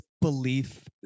belief